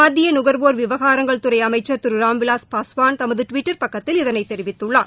மத்தியநுகர்வோர் விவகாரங்கள் துறைஅமைச்சர் திருராம் விவாஸ் பாஸ்வான் தமதுடுவிட்டர் பக்கத்தில் இதனைதெரிவித்துள்ளார்